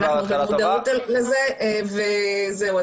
אנחנו במודעות לזה וזהו,